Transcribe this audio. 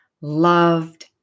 loved